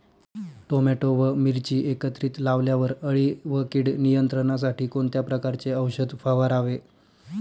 Tomato व मिरची एकत्रित लावल्यावर अळी व कीड नियंत्रणासाठी कोणत्या प्रकारचे औषध फवारावे?